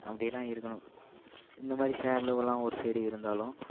அப்படிலாம் இருக்கணும் இந்தமாதிரி ஷேட் லவ்வெலாம் ஒரு சைடு இருந்தாலும்